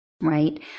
right